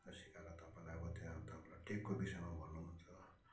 र सिकाएर तपाईँलाई अब त्यहाँ तपाईँलाई टेकको विषयमा भन्नुहुन्छ